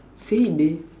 say it [deh]